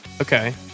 Okay